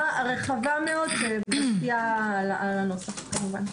זו הערה רחבה מאוד ומשפיעה על הנוסח כמובן.